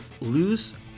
lose